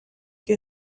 que